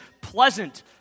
pleasant